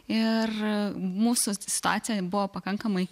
ir mūsų situacija buvo pakankamai